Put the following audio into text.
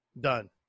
Done